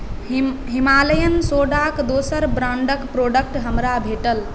हिम Himalayan सोडाके दोसर ब्राण्डके प्रोडक्ट हमरा भेटल